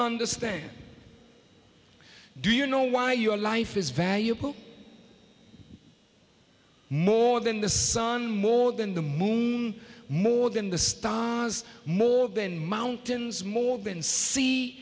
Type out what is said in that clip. understand do you know why your life is valuable more than the sun more than the moon more than the stars more than mountains more than se